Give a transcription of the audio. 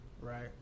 Right